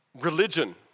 Religion